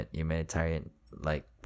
humanitarian-like